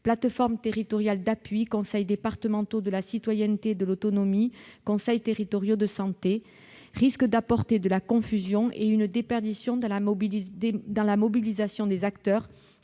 plateformes territoriales d'appui, conseils départementaux de la citoyenneté et de l'autonomie, conseils territoriaux de santé -risque d'apporter de la confusion et une déperdition dans la mobilisation des acteurs,